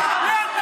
מביא,